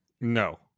No